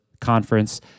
conference